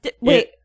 wait